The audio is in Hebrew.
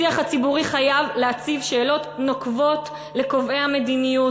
השיח הציבורי חייב להציב שאלות נוקבות לקובעי המדיניות